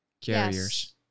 carriers